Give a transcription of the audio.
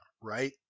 right